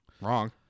Wrong